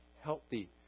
healthy